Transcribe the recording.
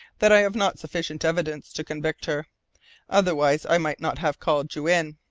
that i have not sufficient evidence to convict her otherwise i might not have called you in.